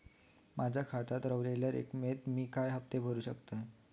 माझ्या खात्यात रव्हलेल्या रकमेवर मी किती हफ्ते भरू शकतय?